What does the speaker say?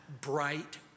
bright